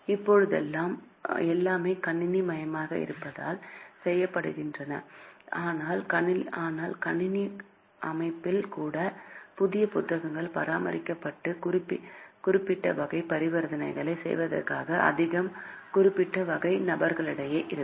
இப்போதெல்லாம் எல்லாமே கணினி அமைப்பால் செய்யப்படுகின்றன ஆனால் கணினி அமைப்பில் கூட துணை புத்தகங்கள் பராமரிக்கப்பட்டு குறிப்பிட்ட வகை பரிவர்த்தனைகளைச் செய்வதற்கான அதிகாரம் குறிப்பிட்ட வகை நபர்களிடையே இருக்கும்